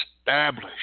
establish